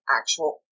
actual